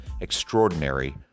extraordinary